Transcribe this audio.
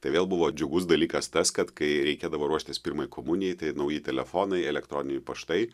tai vėl buvo džiugus dalykas tas kad kai reikėdavo ruoštis pirmai komunijai tai nauji telefonai elektroniniai paštai